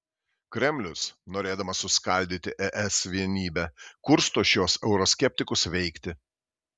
kremlius norėdamas suskaldyti es vienybę kursto šiuos euroskeptikus veikti